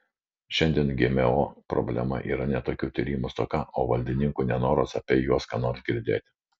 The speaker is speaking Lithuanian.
šiandien gmo problema yra ne tokių tyrimų stoka o valdininkų nenoras apie juos ką nors girdėti